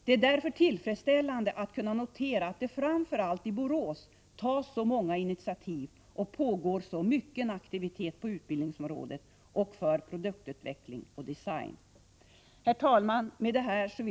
Det är därför tillfredsställande att kunna notera att det framför allt i Borås tas så många initiativ och pågår så mycken aktivitet på utbildningsområdet och för produktutveckling och design. Herr talman!